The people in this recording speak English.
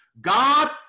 God